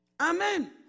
Amen